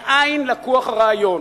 מאין לקוח הרעיון,